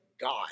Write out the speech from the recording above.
God